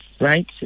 right